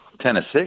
Tennessee